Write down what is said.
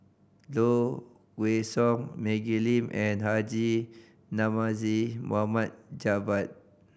Low Kway Song Maggie Lim and Haji Namazie Mohd Javad